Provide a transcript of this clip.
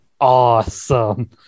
awesome